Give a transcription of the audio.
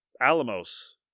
Alamos